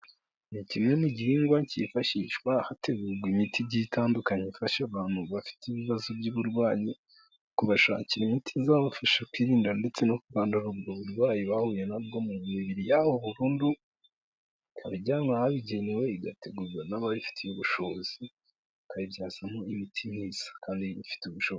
Ni kimwe mu gihingwa cyifashishwa hategurwa imiti igiye itandukanye ifasha abantu bafite ibibazo by'uburwayi, kubashakira imiti zabafasha kwirinda ndetse no kurandura ubwo burwayi, bahuye na bwo mu mibiri yabo burundu. Ijyanwa ahabigenewe, igategurwa n'ababifitiye ubushobozi, bakayibyazamo imiti myiza kandi ifite ubushobozi.